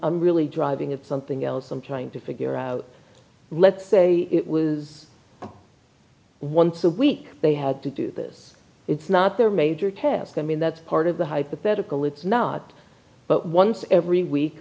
i'm really driving if something else i'm trying to figure out let's say it was once a week they had to do this it's not their major test i mean that's part of the hypothetical it's not but once every week